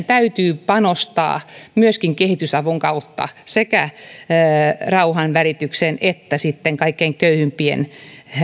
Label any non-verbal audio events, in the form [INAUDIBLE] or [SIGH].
[UNINTELLIGIBLE] täytyy panostaa myöskin kehitysavun kautta sekä rauhanvälitykseen että sitten kaikkein köyhimpien